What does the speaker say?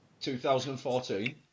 2014